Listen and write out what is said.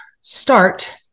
start